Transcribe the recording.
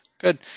Good